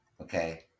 Okay